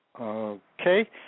Okay